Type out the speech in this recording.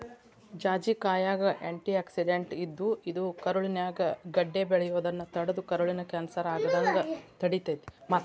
ಜಾಜಿಕಾಯಾಗ antioxidant ಇದ್ದು, ಇದು ಕರುಳಿನ್ಯಾಗ ಗಡ್ಡೆ ಬೆಳಿಯೋದನ್ನ ತಡದು ಕರುಳಿನ ಕ್ಯಾನ್ಸರ್ ಆಗದಂಗ ತಡಿತೇತಿ